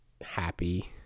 happy